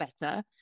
better